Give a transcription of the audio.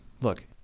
Look